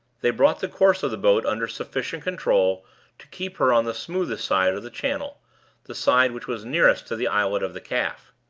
they brought the course of the boat under sufficient control to keep her on the smoothest side of the channel the side which was nearest to the islet of the calf.